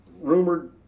rumored